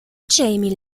jamie